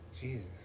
Jesus